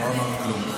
מה כבר אמרתי?